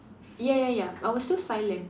ya ya ya I was still silent